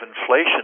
inflation